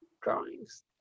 drawings